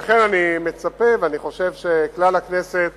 לכן אני מצפה וחושב שכלל הכנסת